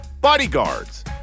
Bodyguards